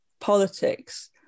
politics